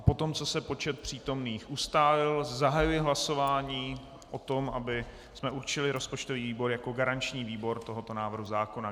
Poté, co se počet přítomných ustálil, zahajuji hlasování o tom, abychom určili rozpočtový výbor jako garanční výbor tohoto návrhu zákona.